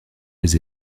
des